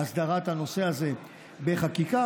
בהסדרת הנושא הזה בחקיקה,